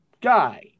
guy